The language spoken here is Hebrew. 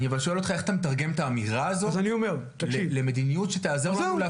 אני אבל שואל אותך איך אתה מתרגם את האמירה הזאת למדיניות שתעזור לנו.